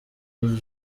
uyu